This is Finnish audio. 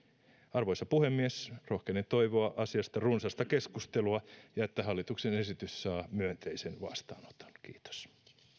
arvoisa puhemies rohkenen toivoa asiasta runsasta keskustelua ja sitä että hallituksen esitys saa myönteisen vastaanoton kiitos